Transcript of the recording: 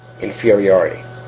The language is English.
inferiority